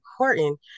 important